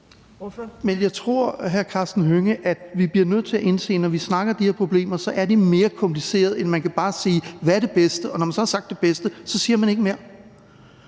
Hønge, at vi bliver nødt til at indse, når vi snakker om de her problemer, at de er mere komplicerede, end at man bare kan sige, hvad der er det bedste, og at når man så har sagt det bedste, siger man ikke mere.